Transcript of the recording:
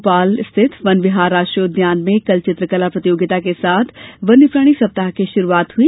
भोपाल स्थित वन विहार राष्ट्रीय उद्यान में कल चित्रकला प्रतियोगिता के साथ वन्य प्राणी सप्ताह की शुरुआत हुई